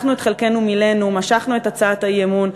אנחנו את חלקנו מילאנו, משכנו את הצעת האי-אמון.